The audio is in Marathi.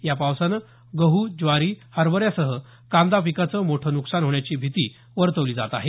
या पावसानं गहू ज्वारी हरभऱ्यासह कांदा पिकांचं मोठं न्कसान होण्याची भीती वर्तवली जात आहे